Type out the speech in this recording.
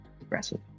aggressive